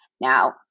Now